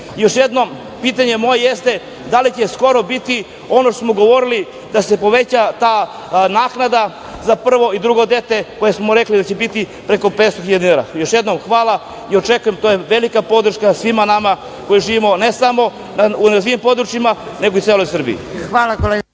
jednom pitanje moje jeste da li će skoro biti ono što smo govorili da se poveća ta naknada za prvo i drugo dete koje smo rekli da će biti preko 500 hiljada dinara? Još jednom hvala i očekuje, to je velika podrška svima nama koji živimo ne samo u nerazvijenim područjima, nego i celoj Srbiji.